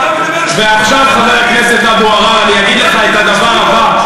עכשיו, חבר הכנסת עראר, אני אגיד לך את הדבר הבא.